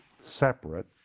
Separate